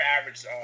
average